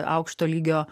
aukšto lygio